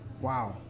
Wow